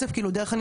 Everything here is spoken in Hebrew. וחשוב להגיד,